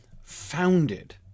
founded